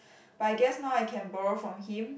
but I guess now I can borrow from him